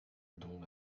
dont